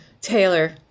Taylor